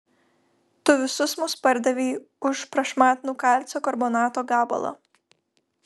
tu visus mus pardavei už prašmatnų kalcio karbonato gabalą